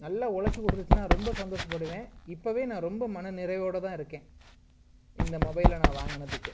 நல்ல உழச்சி கொடுத்துச்சின்னா ரொம்ப சந்தோஷபடுவேன் இப்போவே நான் ரொம்ப மனநிறைவோடய தான் இருக்கேன் இந்த மொபைலை நான் வாங்கினத்துக்கு